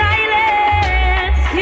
Silence